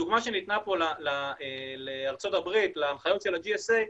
הדוגמה שניתנה פה על ההנחיות של ה DSA,